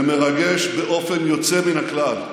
זה מרגש באופן יוצא מן הכלל.